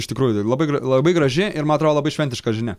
iš tikrųjų labai gr labai graži ir man atrodo labai šventiška žinia